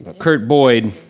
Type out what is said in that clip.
kurt boyd